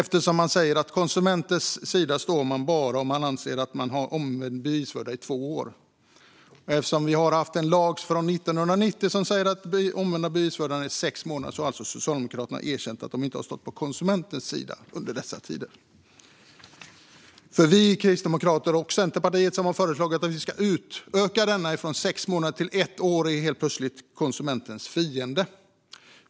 De säger ju att på konsumentens sida står bara den som anser att man har omvänd bevisbörda i två år. Eftersom vi sedan 1990 har haft en lag som säger att den omvända bevisbördan är sex månader har alltså Socialdemokraterna erkänt att de inte har stått på konsumentens sida under denna tid. Vi kristdemokrater och Centerpartiet, som har föreslagit att vi ska utöka den från sex månader till ett år, är helt plötsligt konsumentens fiender.